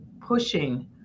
pushing